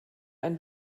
ein